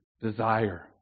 desire